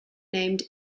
named